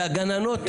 והגננות,